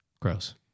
Gross